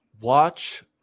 watch